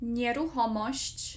nieruchomość